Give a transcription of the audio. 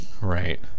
Right